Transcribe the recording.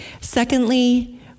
Secondly